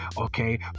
okay